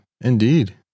indeed